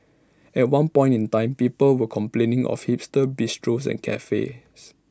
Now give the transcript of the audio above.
at one point in time people were complaining of hipster bistros and cafes